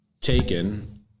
taken